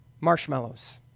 marshmallows